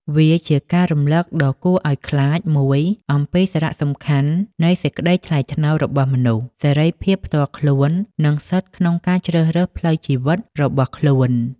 វាជាការរំលឹកដ៏គួរឱ្យខ្លាចមួយអំពីសារៈសំខាន់នៃសេចក្តីថ្លៃថ្នូររបស់មនុស្ស សេរីភាពផ្ទាល់ខ្លួន និងសិទ្ធិក្នុងការជ្រើសរើសផ្លូវជីវិតរបស់ខ្លួន។